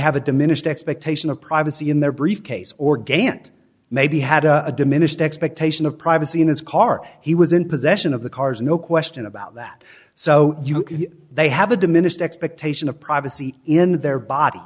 have a diminished expectation of privacy in their briefcase or gant maybe had a diminished expectation of privacy in his car he was in possession of the cars no question about that so they have a diminished expectation of privacy in their body